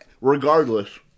regardless